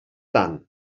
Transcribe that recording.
tant